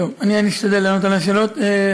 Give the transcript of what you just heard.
אני אשתדל לענות על השאלות.